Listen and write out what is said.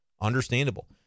understandable